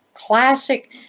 classic